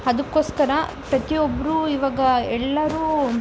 ಅದಕ್ಕೋಸ್ಕರ ಪ್ರತಿಯೊಬ್ಬರೂ ಇವಾಗ ಎಲ್ಲರೂ